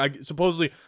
Supposedly